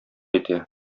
итә